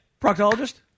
proctologist